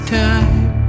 time